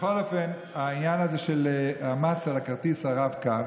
בכל אופן, העניין הזה של המס על כרטיס הרב-קו